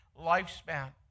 lifespan